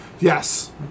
Yes